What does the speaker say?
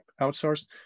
outsourced